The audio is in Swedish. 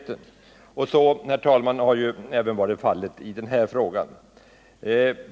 Så har även varit fallet i den här frågan.